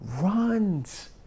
runs